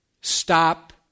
Stop